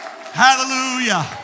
Hallelujah